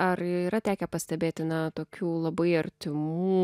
ar yra tekę pastebėti ne tokių labai artimų